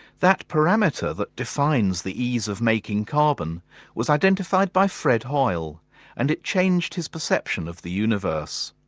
that parameter that defines the ease of making carbon was identified by fred hoyle and it changed his perception of the universe.